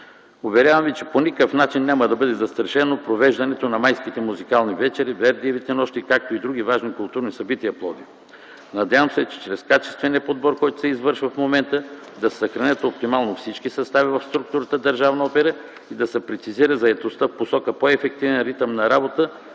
Уверявам ви, че по никакъв начин няма да бъде застрашено провеждането на Майските музикални вечери, Вердиевите нощи, както и други важни културни събития в Пловдив. Надявам се чрез качествения подбор, който се извършва в момента, да се съхранят оптимално всички състави в структурата Държавна опера и да се прецизира заетостта в посока по-ефективен ритъм на работа